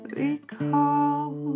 recall